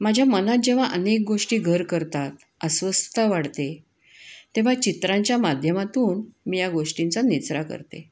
माझ्या मनात जेव्हा अनेक गोष्टी घर करतात अस्वस्थता वाढते तेव्हा चित्रांच्या माध्यमातून मी या गोष्टींचा निचरा करते